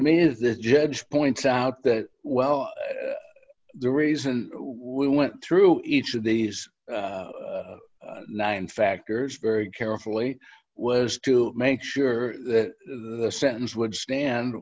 me that judge points out that well the reason we went through each of these nine factors very carefully was to make sure that the sentence would stand